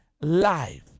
life